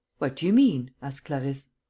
what do you mean? asked clarisse.